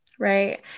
Right